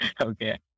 okay